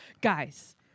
guys